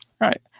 Right